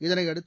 இதனையடுத்து